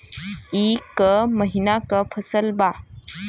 ई क महिना क फसल बा?